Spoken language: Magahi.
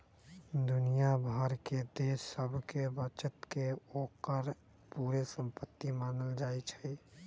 दुनिया भर के देश सभके बचत के ओकर पूरे संपति मानल जाइ छइ